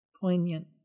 poignant